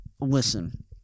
listen